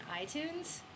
iTunes